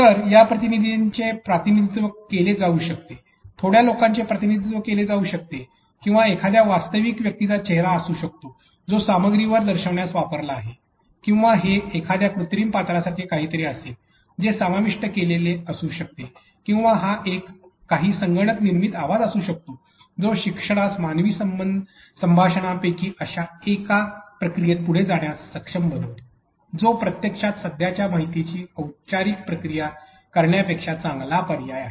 तर या प्रतिनिधींचे प्रतिनिधित्व केले जाऊ शकते थोड्या लोकांचे प्रतिनिधित्व केले जाऊ शकते किंवा एखाद्या वास्तविक व्यक्तीचा चेहरा असू शकतो जो सामग्रीवर दर्शविण्यास वापरला आहे किंवा हे एखाद्या कृत्रिम पात्रासारखे काहीतरी असेल जे समाविष्ट केलेले असू शकते किंवा हा असा काही संगणक निर्मित आवाज असू शकतो जो शिक्षणास मानवी संभाषणांपैकी एक अशा प्रक्रियेमध्ये पुढे जाण्यास सक्षम बनवितो जो प्रत्यक्षात सध्याच्या माहितीची औपचारिक प्रक्रिया करण्यापेक्षा चांगला पर्याय आहे